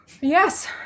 Yes